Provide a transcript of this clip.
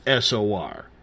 SOR